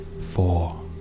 four